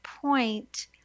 point